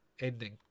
ending